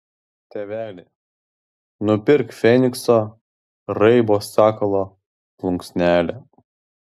tėveli nupirk fenikso raibo sakalo plunksnelę